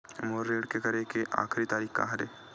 मोर ऋण के करे के आखिरी तारीक का हरे?